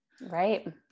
Right